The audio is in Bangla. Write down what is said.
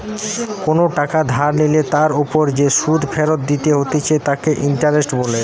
কোনো টাকা ধার নিলে তার ওপর যে সুধ ফেরত দিতে হতিছে তাকে ইন্টারেস্ট বলে